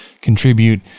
contribute